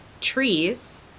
trees